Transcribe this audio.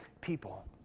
people